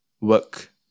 work